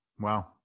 Wow